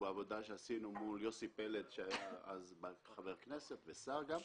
בעבודה שעשינו מול יוסי פלד שהיה אז חבר כנסת ושר גם,